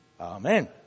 Amen